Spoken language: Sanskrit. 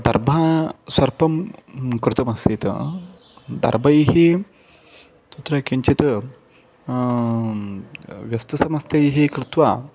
दर्भः सर्पं कृतमासीत् दर्भैः तत्र किञ्चित् व्यस्तसमस्तैः कृत्वा